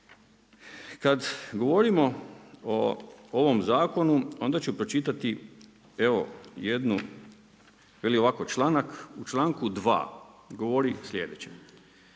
Kada govorimo o ovom zakonu, onda ću pročitati evo jednu, veli ovako u članku 2. govori sljedeće: